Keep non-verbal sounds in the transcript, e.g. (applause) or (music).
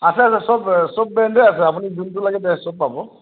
আছে আছে চব চব ব্ৰেণ্ডৰে আছে আপুনি যিটো লাগে (unintelligible) চব পাব